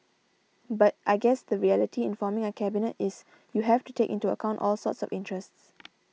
but I guess the reality in forming a cabinet is you have to take into account all sorts of interests